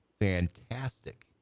fantastic